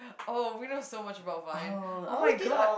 oh we know so much about vine [oh]-my-god